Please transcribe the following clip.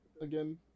again